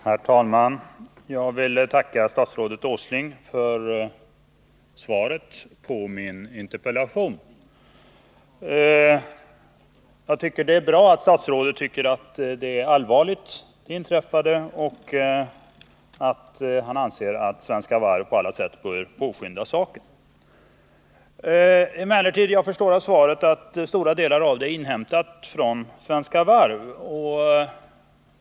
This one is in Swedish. Herr talman! Jag tackar statsrådet Åsling för svaret på min interpellation. Det är bra att statsrådet ser allvarligt på det inträffade och att han anser att Svenska Varv på alla sätt bör påskynda förhandlingarna. Av svaret förstår jag emellertid att stora delar av detsamma utgörs av uppgifter inhämtade hos Svenska Varv.